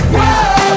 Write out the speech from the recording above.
Whoa